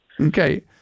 Okay